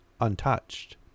untouched